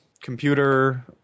computer